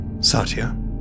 Satya